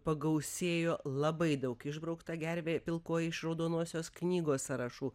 pagausėjo labai daug išbraukta gervė pilkoji iš raudonosios knygos sąrašų